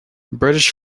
british